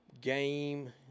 game